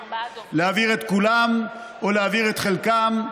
להעביר את כולם או להעביר את חלקם,